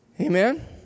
Amen